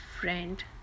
friend